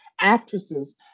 actresses